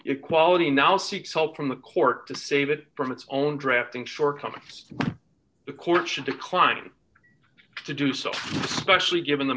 equality now seeks help from the court to save it from its own drafting shortcomings the court should decline to do so especially given the